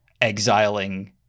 exiling